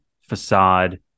Facade